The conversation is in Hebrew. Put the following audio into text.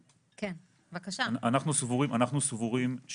גברתי יושבת הראש: אנחנו סבורים שצריך